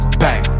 bang